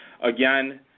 Again